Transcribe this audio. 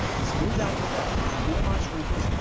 smooth out the fabric to minimize wrinkles,